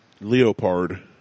leopard